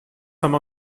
some